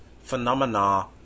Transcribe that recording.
phenomena